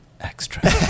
Extra